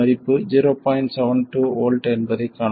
72 V என்பதைக் காணலாம்